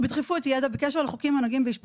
כלומר, יש גם לנו